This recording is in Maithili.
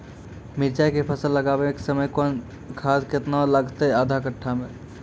मिरचाय के फसल लगाबै के समय कौन खाद केतना लागतै आधा कट्ठा मे?